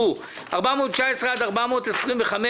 הצבעה בעד רוב נגד נמנעים פניות מס' 412 418 אושרו.